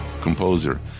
composer